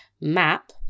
map